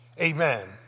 Amen